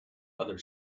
other